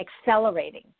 accelerating